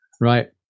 right